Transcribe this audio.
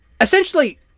Essentially